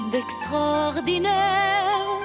D'extraordinaire